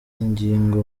ingingo